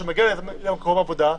כשהוא מגיע למקום עבודה,